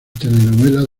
telenovelas